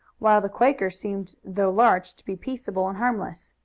while the quaker seemed, though large, to be peaceable and harmless.